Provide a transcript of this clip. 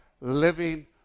living